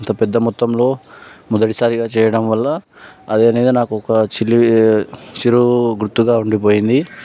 ఇంత పెద్ద మొత్తంలో మొదటిసారిగా చేయడం వల్ల అది అనేది నాకు ఒక చిలిపి చిరు గుర్తుగా ఉండిపోయింది